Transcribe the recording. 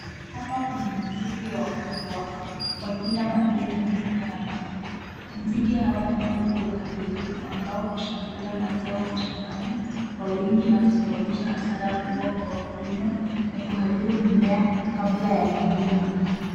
Hapa kuna nzige wakubwa wakila majani ya mimea ya mahindi. Nzige hawa ni wadudu waharibifu ambao hushambuliza mazao shambani kwa wingi na kusababisha hadhara kubwa kwa wakulima na kuharibu mimea kabla ta kuvuna.